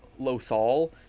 lothal